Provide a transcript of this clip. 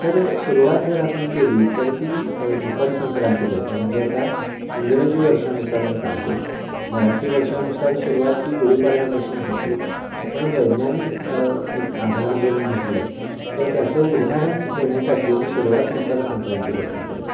तर सुरूवात जर आपण केली तर ती मकर संक्रांतीपासून म्हणजे आता इंग्रजी वर्षानुसार मी सांगतो मराठी वर्षानुसार सुरूवात ही गुढीपाडव्यापासून होते पण वैज्ञानिक एक आधार जो मी म्हटलं तर त्याचं उदाहरण देण्यासाठी मी सुरूवात मकर संक्रांतीपासून करतो